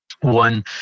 one